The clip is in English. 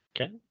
Okay